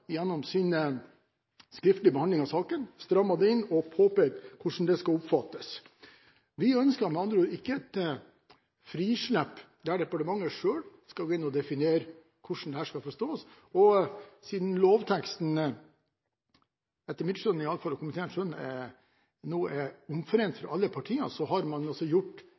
gjennom sin skriftlige behandling av saken strammet det inn og påpekt hvordan det skal oppfattes. Vi ønsker med andre ord ikke et frislepp der departementet selv skal gå inn og definere hvordan dette skal forstås, og siden lovteksten – etter mitt og komiteens skjønn, iallfall – nå er omforent fra alle partier, har man altså gjort